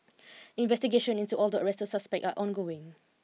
investigations into all the arrested suspects are ongoing